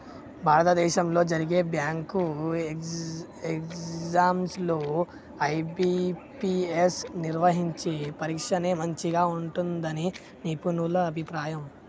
భారతదేశంలో జరిగే bank exams లో ఐ.బీ.పీ.ఎస్ నిర్వహించే పరీక్షనే మంచిగా ఉంటుందని నిపుణుల అభిప్రాయం